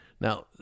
Now